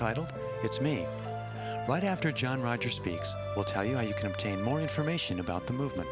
titled it's me right after john roger speaks will tell you why you can obtain more information about the movement